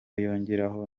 yongeraho